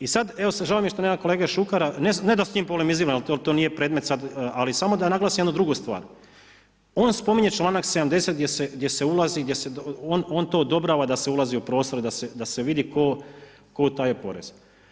I sad, evo žao mi je što nema kolege Šukera, ne da s njim polemiziram jer to nije predmet sad, ali samo da naglasim jednu drugu stvar, on spominje članak 70. gdje se ulazi, on to odobrava da se ulazi u prostore, da se vidi tko utaje porez.